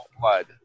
blood